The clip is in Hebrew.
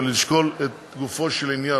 ולשקול לגופו של עניין,